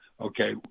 okay